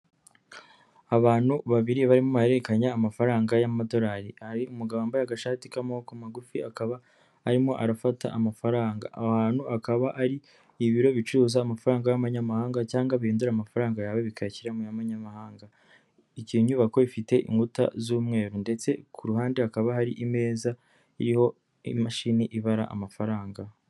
Abantu babiri barimo barahererekanya amafaranga y'amadorari. Hari umugabo wambaye agashati k'amaboko magufi akaba arimo arafata amafaranga. Aho hantu akaba ari ibiro bicuruza amafaranga y'amanyamahanga cyangwa bihindura amafaranga yawe bikayashyira mu y'amanyamahanga. Iyi nyubako ifite inkuta z'umweru ndetse ku ruhande hakaba hari imeza iriho imashini ibara amafaranga.